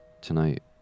tonight